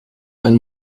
ein